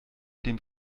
dem